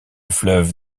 fleuve